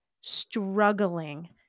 struggling